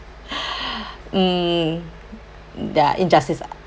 mm there are injustice ah